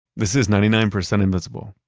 this is ninety nine percent invisible.